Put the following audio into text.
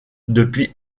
depuis